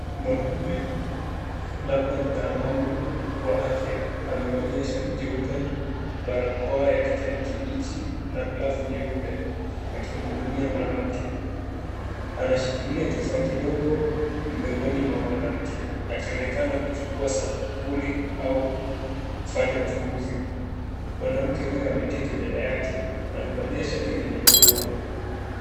Mwanaume, labda mtaalamu wa afya, amevalia shati jeupe, barakoa ya kijani kibichi na glavu nyeupe, akimuhudumia mwanamke. Anashikilia kifaa kidogo mdomoni mwa mwanamke, akionekana kuchukua sampuli au kufanya uchunguzi. Mwanamke huyu ameketi mbele yake, amevalia shati lenye maua.